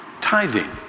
tithing